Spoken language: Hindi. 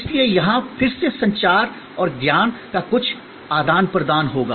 इसलिए यहां फिर से संचार और ज्ञान का कुछ आदान प्रदान होगा